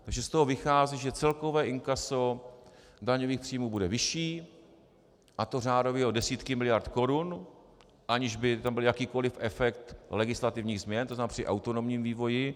Takže z toho vychází, že celkové inkaso daňových příjmů bude vyšší, a to řádově o desítky miliard korun, aniž by tam byl jakýkoli efekt legislativních změn, tzn. při autonomním vývoji.